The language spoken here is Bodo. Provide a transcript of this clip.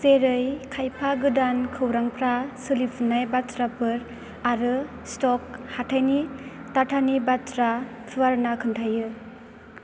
जेरै खायफा गोदान खौरांफ्रा सोलिफुनाय बाथ्राफोर आरो स्टक हाथायनि डाटानि बाथ्रा फुवारना खोन्थायो